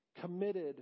committed